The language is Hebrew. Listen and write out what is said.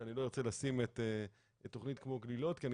שאני לא ארצה לשים תכנית כמו גלילות כי אני